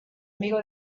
amigo